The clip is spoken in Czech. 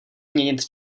měnit